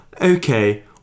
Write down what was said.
Okay